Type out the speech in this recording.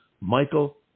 michael